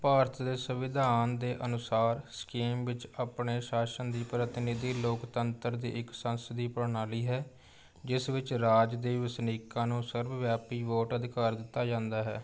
ਭਾਰਤ ਦੇ ਸੰਵਿਧਾਨ ਦੇ ਅਨੁਸਾਰ ਸਕੀਮ ਵਿੱਚ ਆਪਣੇ ਸ਼ਾਸਨ ਦੀ ਪ੍ਰਤੀਨਿਧੀ ਲੋਕਤੰਤਰ ਦੀ ਇੱਕ ਸੰਸਦੀ ਪ੍ਰਣਾਲੀ ਹੈ ਜਿਸ ਵਿੱਚ ਰਾਜ ਦੇ ਵਸਨੀਕਾਂ ਨੂੰ ਸਰਬਵਿਆਪੀ ਵੋਟ ਅਧਿਕਾਰ ਦਿੱਤਾ ਜਾਂਦਾ ਹੈ